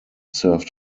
served